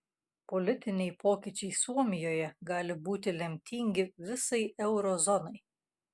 politiniai pokyčiai suomijoje gali būti lemtingi visai euro zonai